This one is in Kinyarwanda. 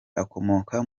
akomoka